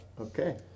okay